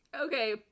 Okay